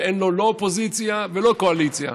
ואין לו לא אופוזיציה ולא קואליציה.